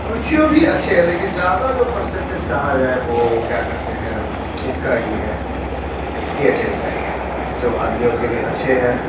और जियो भी अच्छे हैं लेकिन ज़्यादा जो पर्सेंटेज कहा जाए वो क्या कहते है इसका ही है एयरटेल का ही है जो आदमियों के लिए अच्छे है